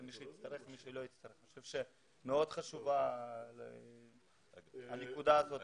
אני חושב שמאוד חשובה הנקודה הזאת,